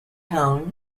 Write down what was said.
town